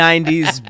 90s